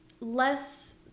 less